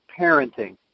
parenting